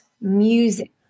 music